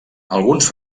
alguns